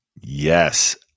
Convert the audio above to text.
Yes